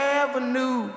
avenue